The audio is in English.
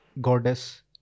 goddess